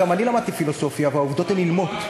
גם אני למדתי פילוסופיה והעובדות הן אילמות.